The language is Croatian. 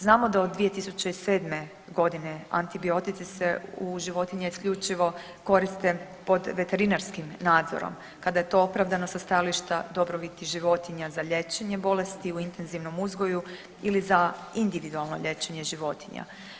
Znamo da od 2007. godine antibiotici se u životinje isključivo koriste pod veterinarskim nadzorom kada je to opravdano sa stajališta dobrobiti životinja za liječenje bolesti u intenzivnom uzgoju ili za individualno liječenje životinja.